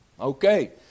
Okay